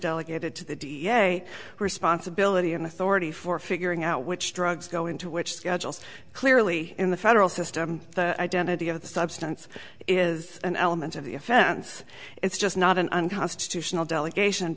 delegated to the da responsibility and authority for figuring out which drugs go into which schedules clearly in the federal system the identity of the substance is an element of the offense it's just not an unconstitutional delegation